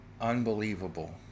Unbelievable